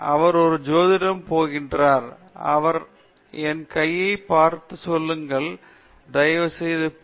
அவர் ஒரு ஜோதிடரிடம் போகிறார் அவர் என் கையைப் பார்த்துக் கொள்ளுமாறு கூறுகிறார் தயவுசெய்து நான் என் பி